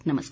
नमस्कार